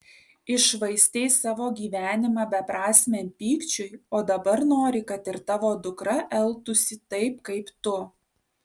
iššvaistei savo gyvenimą beprasmiam pykčiui o dabar nori kad ir tavo dukra elgtųsi taip kaip tu